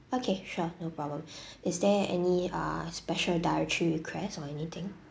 okay sure no problem is there any uh special dietary requests or anything